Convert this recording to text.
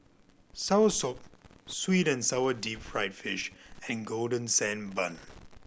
soursop sweet and sour deep fried fish and Golden Sand Bun